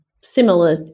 similar